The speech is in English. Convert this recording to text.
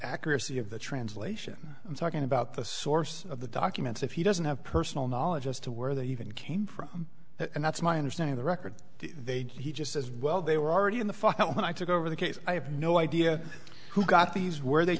accuracy of the translation and talking about the source of the documents if he doesn't have personal knowledge as to where they even came from and that's my understanding the record they he just as well they were already in the fall when i took over the case i have no idea who got these where they